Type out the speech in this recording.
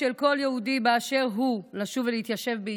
של כל יהודי באשר הוא לשוב ולהתיישב בישראל.